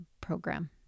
program